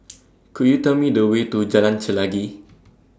Could YOU Tell Me The Way to Jalan Chelagi